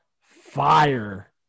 fire